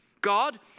God